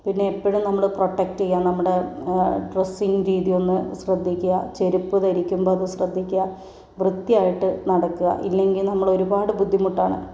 പിന്നെ എപ്പോഴും നമ്മള് പ്രൊട്ടക്ട് ചെയ്യണം നമ്മുടെ ഡ്രസ്സിങ് രീതിയൊന്ന് ശ്രദ്ധിക്കുക ചെരുപ്പ് ധരിക്കുമ്പോ അത് ശ്രദ്ധിക്കുക വൃത്തിയായിട്ട് നടക്കുക ഇല്ലെങ്കില് നമ്മള് ഒരുപാട് ബുദ്ധിമുട്ടാണ്